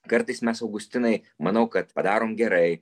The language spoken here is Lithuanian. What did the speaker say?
kartais mes augustinai manau kad padarom gerai